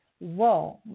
whoa